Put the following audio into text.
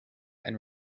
and